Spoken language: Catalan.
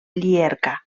llierca